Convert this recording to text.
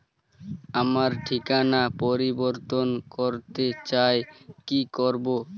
আমার ঠিকানা পরিবর্তন করতে চাই কী করব?